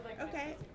Okay